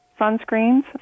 sunscreens